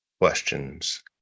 Questions